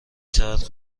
ساعت